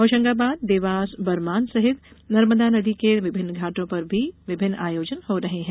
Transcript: होशंगाबाद देवास बरमान सहित नर्मदा नदी के विभिन्न घाटों पर भी विभिन्न आयोजन हो रहे हैं